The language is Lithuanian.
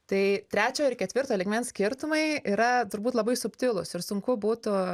tai trečio ir ketvirto lygmens skirtumai yra turbūt labai subtilūs ir sunku būtų